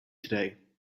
today